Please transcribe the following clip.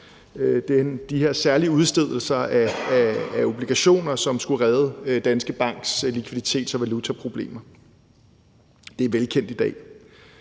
særlig de her særlige udstedelser af obligationer, som skulle redde Danske Banks likviditets- og valutaproblemer. Det er velkendt i dag.